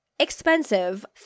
expensive